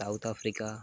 south Africa